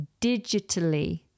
digitally